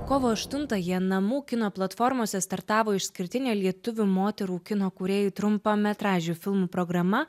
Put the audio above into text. kovo aštuntąją namų kino platformose startavo išskirtinė lietuvių moterų kino kūrėjų trumpametražių filmų programa